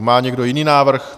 Má někdo jiný návrh?